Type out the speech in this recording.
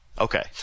Okay